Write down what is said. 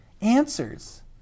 answers